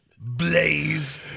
blaze